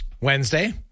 Wednesday